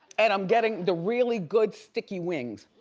and i'm getting the really good sticky wings.